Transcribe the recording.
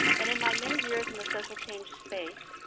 and in my many years in the social change space,